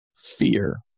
Fear